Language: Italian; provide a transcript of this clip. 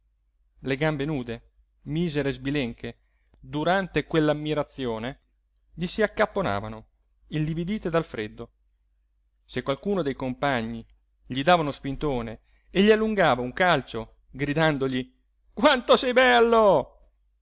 le gambe nude misere e sbilenche durante quell'ammirazione gli si accapponavano illividite dal freddo se qualcuno dei compagni gli dava uno spintone e gli allungava un calcio gridandogli quanto sei bello